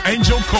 Angel